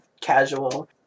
casual